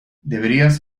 deberías